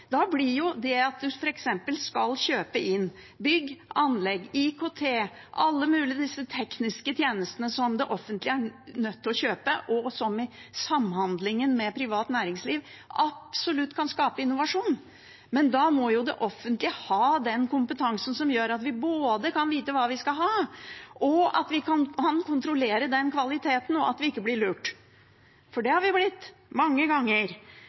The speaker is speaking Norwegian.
Alle de tekniske tjenestene som det offentlige er nødt til å kjøpe – innen f.eks. bygg, anlegg, IKT – kan i samhandlingen med privat næringsliv absolutt skape innovasjon, men da må det offentlige ha den kompetansen som gjør at vi både kan vite hva vi skal ha, og kan kontrollere kvaliteten og ikke bli lurt, for det har vi blitt, mange ganger.